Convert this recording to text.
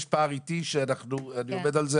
יש פער שאני עומד על זה,